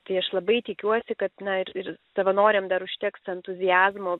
tai aš labai tikiuosi kad na ir ir savanoriam dar užteks entuziazmo